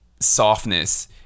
softness